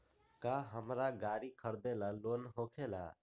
का हमरा गारी खरीदेला लोन होकेला?